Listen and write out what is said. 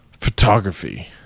Photography